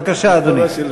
בבקשה, אדוני.